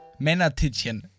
Männertittchen